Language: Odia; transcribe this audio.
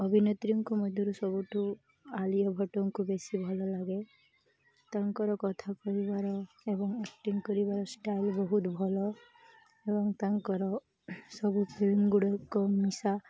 ଅଭିନେତ୍ରୀଙ୍କ ମଧ୍ୟରୁ ସବୁଠୁ ଆଲିଆ ଭଟ୍ଟଙ୍କୁ ବେଶୀ ଭଲ ଲାଗେ ତାଙ୍କର କଥା କରିବାର ଏବଂ ଆକ୍ଟିଙ୍ଗ କରିବାର ଷ୍ଟାଇଲ୍ ବହୁତ ଭଲ ଏବଂ ତାଙ୍କର ସବୁ ଫିଲ୍ମ ଗୁଡ଼ାକ ମିଶା